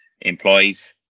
employees